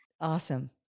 awesome